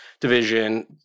division